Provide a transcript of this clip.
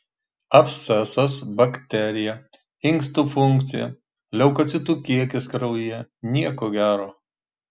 abscesas bakterija inkstų funkcija leukocitų kiekis kraujyje nieko gero